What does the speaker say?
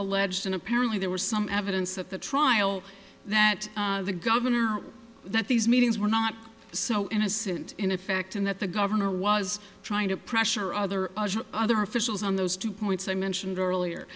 alleged and apparently there was some evidence at the trial that the governor that these meetings were not so innocent in effect and that the governor was trying to pressure other other officials on those two points i mentioned earlier